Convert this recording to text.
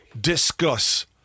Discuss